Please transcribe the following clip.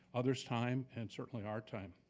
other's time, and certainly our time.